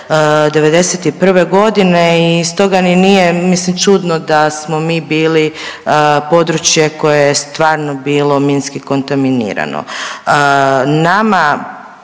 '91. godine i stoga ni nije mislim čudno da smo mi bili područje koje je stvarno bilo minski kontaminirano. Nama